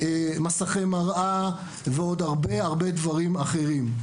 מסכי מראה ועוד הרבה הרבה דברים אחרים.